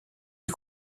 les